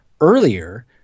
earlier